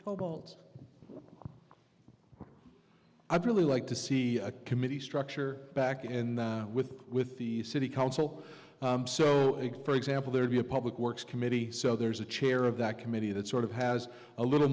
towboats i'd really like to see a committee structure back in with with the city council so for example there'd be a public works committee so there's a chair of that committee that sort of has a little